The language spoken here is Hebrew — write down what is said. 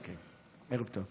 אוקיי, ערב טוב.